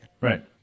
Right